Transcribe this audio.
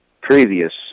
previous